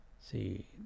See